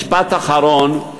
משפט אחרון.